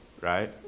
Right